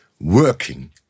working